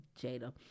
Jada